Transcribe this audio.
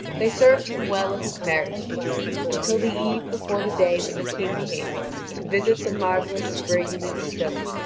they served him well at his marriage-feast, until the eve before the day when the king came to visit the marvellous spring and its stone,